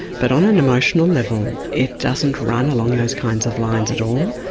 but on an emotional level it doesn't run along those kinds of lines at all.